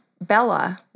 Bella